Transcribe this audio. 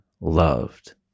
loved